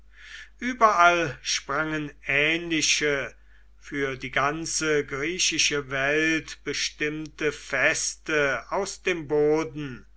überall sprangen ähnliche für die ganze griechische welt bestimmte feste aus dem boden